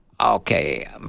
Okay